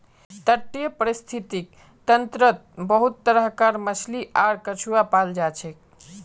तटीय परिस्थितिक तंत्रत बहुत तरह कार मछली आर कछुआ पाल जाछेक